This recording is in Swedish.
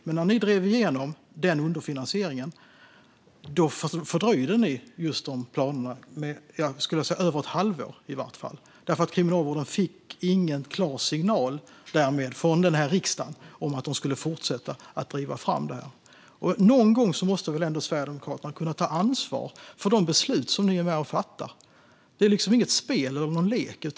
Men när ni drev igenom underfinansieringen fördröjde ni de planerna med över ett halvår eftersom Kriminalvården inte fick en tydlig signal från riksdagen om att fortsätta att driva framåt. Någon gång måste väl ändå Sverigedemokraterna ta ansvar för de beslut ni är med och fattar. Det är inget spel eller en lek.